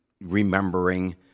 remembering